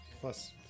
Plus